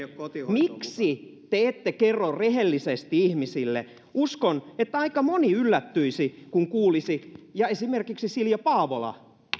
miksi te ette kerro rehellisesti ihmisille uskon että aika moni yllättyisi kun kuulisi ja esimerkiksi silja paavola